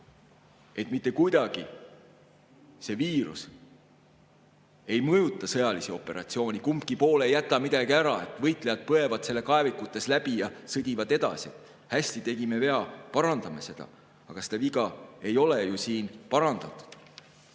et mitte kuidagi see viirus ei mõjuta sõjalisi operatsioone, kumbki pool ei jäta midagi ära, võitlejad põevad selle kaevikutes läbi ja sõdivad edasi. Hästi, tegime vea, parandame selle! Aga seda viga ei ole ju siiani parandatud.